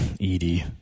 Edie